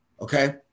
Okay